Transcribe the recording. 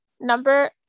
number